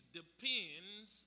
depends